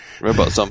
robot